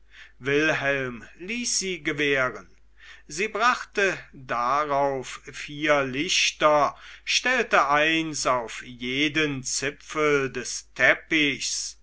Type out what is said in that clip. wilhelm ließ sie gewähren sie brachte darauf vier lichter stellte eins auf jeden zipfel des teppichs